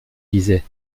disait